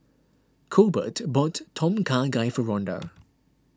Colbert bought Tom Kha Gai for Ronda